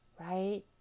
right